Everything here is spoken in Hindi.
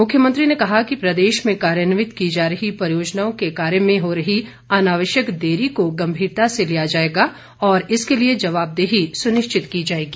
मुख्यमंत्री ने कहा कि प्रदेश में कार्यान्वित की जा रही परियोजनाओं के कार्य में हो रही अनावश्यक देरी को गंभीरता से लिया जाएगा और इसके लिए जवाबदेही सुनिश्चित की जाएगी